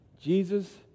Jesus